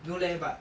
no leh but